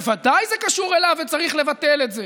ודאי זה קשור אליו וצריך לבטל את זה.